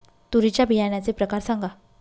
तूरीच्या बियाण्याचे प्रकार सांगा